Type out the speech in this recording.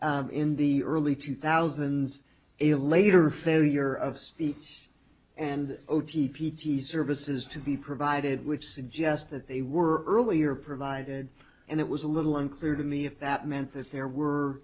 to in the early two thousand a later failure of speech and o t p t services to be provided which suggests that they were earlier provided and it was a little unclear to me if that meant that there were